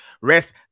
rest